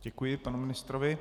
Děkuji panu ministrovi.